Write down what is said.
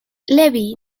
levy